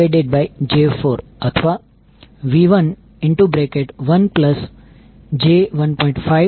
5V1 V2j4 અથવા V11j1